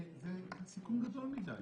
זה סיכון גדול מדי.